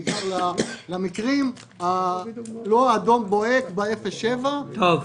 בעיקר למקרים שהם לא אדום בוהק ב-0 7 קילומטרים.